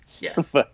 Yes